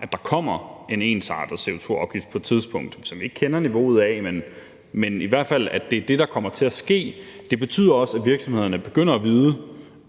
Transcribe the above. at der kommer en ensartet CO2-afgift på et tidspunkt – som vi ikke kender niveauet af, men det kommer i hvert fald til at ske – betyder, at virksomhederne begynder at vide,